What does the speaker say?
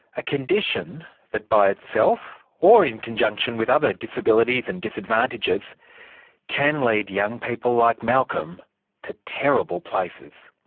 a condition that by itself or in conjunction with other disabilities and disadvantages can lead young people like malcolm to terrible places.